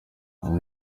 uwo